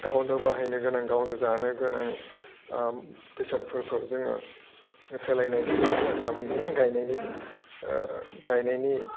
गावनो बाहायनो गोनां गावनो जानो गोनां ओह बेसादफोरखौ जोङो सोलायनायनि बेब'स्था खालामगोन गायनायनि गायनायनि